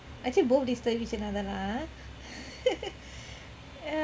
actually both disturb each another lah